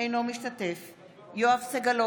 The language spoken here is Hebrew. אינו משתתף בהצבעה יואב סגלוביץ'